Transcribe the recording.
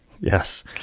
Yes